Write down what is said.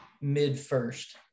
mid-first